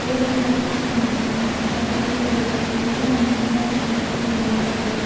ದೇವ್ರಂದ್ರೆ ಅಷ್ಟು ಇಷ್ಟ ನನಗೆ ಆ ಪದ್ದತಿಗಳು ಅವೆಲ್ಲ ನನಗ್ ತುಂಬ ಇಷ್ಟ ಪೂಜೆ ಮಾಡೋದಾಗಲಿ